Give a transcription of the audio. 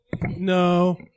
No